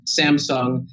Samsung